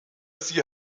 sie